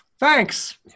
Thanks